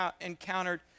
encountered